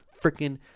freaking